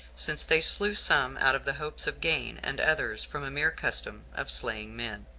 since they slew some out of the hopes of gain, and others from a mere custom of slaying men.